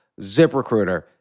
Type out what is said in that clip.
ZipRecruiter